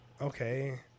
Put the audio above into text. okay